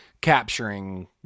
capturing